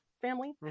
family